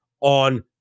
on